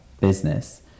business